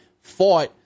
fought